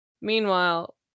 Meanwhile